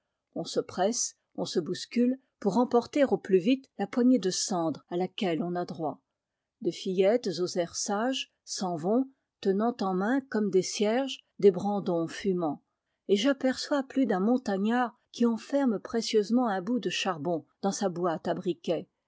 on se presse on se bouscule pour emporter au plus vite la poignée de cendre à laquelle on a droit des fillettes aux airs sages s'en vont tenant en main comme des cierges des brandons fumants et j'aperçois plus d'un montagnard qui enferme précieusement un bout de charbon dans sa boîte à briquet